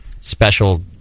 special